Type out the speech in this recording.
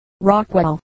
Rockwell